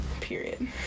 Period